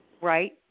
Right